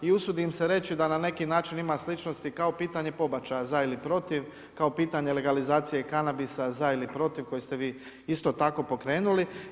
I usudim se reći, da na neki način ima sličnosti kao pitanje pobačaja, za ili protiv, kao pitanje legalizacije i kanabisa, za ili protiv, koju ste vi isto tako pokrenuli.